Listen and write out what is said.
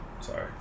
Sorry